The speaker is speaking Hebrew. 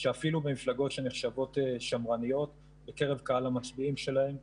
שאפילו במפלגות שנחשבות שמרניות בקרב קהל המצביעים שלהם,